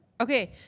Okay